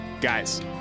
Guys